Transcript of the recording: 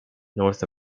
north